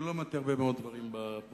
אני לא למדתי הרבה מאוד דברים בפוליטיקה.